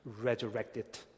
resurrected